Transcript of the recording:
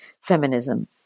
feminism